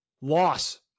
loss